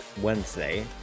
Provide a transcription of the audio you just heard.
Wednesday